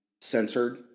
censored